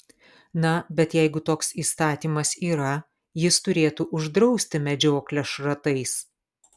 na bet jeigu toks įstatymas yra jis turėtų uždrausti medžioklę šratais